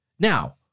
Now